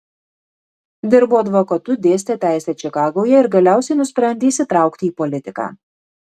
dirbo advokatu dėstė teisę čikagoje ir galiausiai nusprendė įsitraukti į politiką